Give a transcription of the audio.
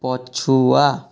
ପଛୁଆ